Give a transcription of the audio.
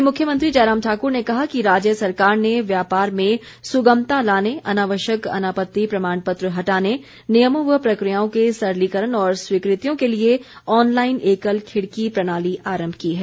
वहीं मुख्यमंत्री जयराम ठाकुर ने कहा कि राज्य सरकार ने व्यापार में सुगमता लाने अनावश्यक अनापत्ति प्रमाण पत्र हटाने नियमों व प्रक्रियाओं के सरलीकरण और स्वीकृतियों के लिए आनलाइन एकल खिड़की प्रणाली आरम्भ की है